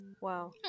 Wow